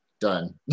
Done